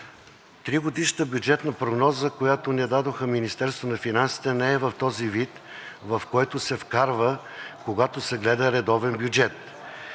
Тригодишната бюджетна прогноза, която ни я дадоха от Министерството на финансите, не е в този вид, в който се вкарва, когато се гледа редовен бюджет.